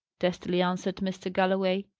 testily answered mr. galloway.